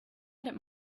edit